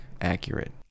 accurate